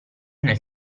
nel